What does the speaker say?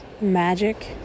magic